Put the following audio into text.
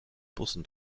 bussen